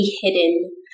hidden